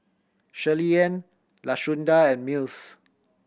Shirleyann Lashunda and Mills